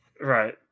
Right